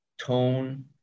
tone